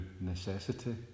necessity